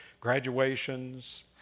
graduations